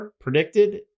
predicted